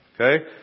Okay